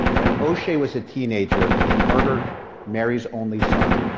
when oshea was a teenager, he murdered mary's only son,